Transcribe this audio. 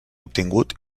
obtingut